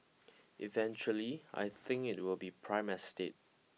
eventually I think it will be prime estate